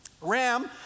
Ram